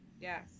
Yes